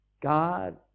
God